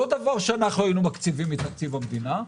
לא דבר שאנחנו היינו מקציבים מתקציב המדינה,